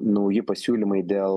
nauji pasiūlymai dėl